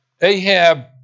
Ahab